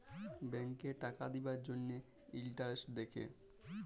ব্যাংকে টাকা দিবার জ্যনহে ইলটারেস্ট দ্যাখে